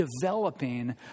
developing